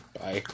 Bye